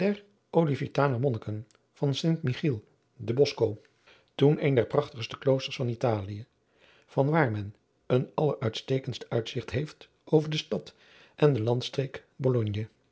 toen een der prachtigste kloosters van italie van waar men een alleruitstekendst uitzigt heeft over de stad en de landstreek